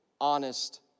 honest